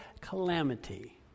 calamity